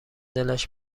دلش